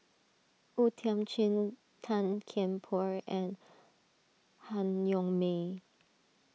O Thiam Chin Tan Kian Por and Han Yong May